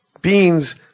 beans